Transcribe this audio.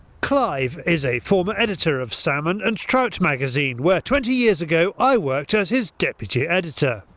clive is a former editor of salmon and trout magazine, where twenty years ago i worked as his deputy editor.